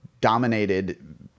dominated